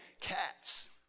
cats